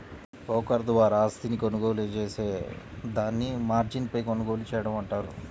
broker ద్వారా ఆస్తిని కొనుగోలు జేత్తే దాన్ని మార్జిన్పై కొనుగోలు చేయడం అంటారు